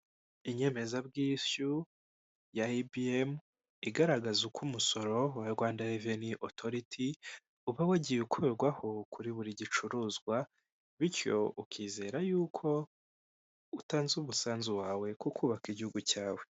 Inyemezabwishyu ya EBM, igaragaza uko umusoro wa Rwanda Revenue authority uba wagiye ukurwaho kuri buri gicuruzwa bityo ukizera yuko utanze umusanzu wawe ku kubaka igihugu cyawe.